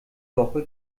woche